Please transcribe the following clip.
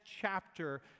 chapter